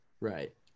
Right